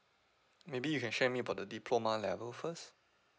maybe you can share with me about the diploma level first